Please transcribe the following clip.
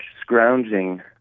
scrounging